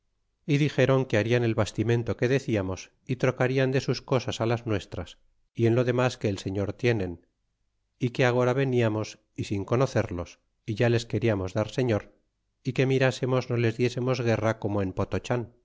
y dixéron que harian el bastimento que deciamos é trocarian de sus cosas las nuestras y en lo denlas que señor tienen é que agora venimos é sin conocerlos é ya les speriamos dar señor ti que mirasemos no les diesemos guerra como en